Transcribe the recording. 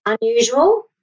unusual